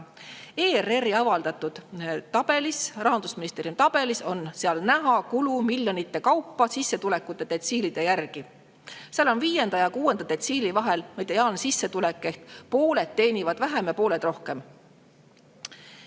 ERR-i avaldatud tabelis, Rahandusministeeriumi tabelis, on näha kulu miljonite kaupa sissetulekudetsiilide järgi. Seal on viienda ja kuuenda detsiili vahel mediaansissetulek, millest pooled teenivad vähem ja pooled rohkem.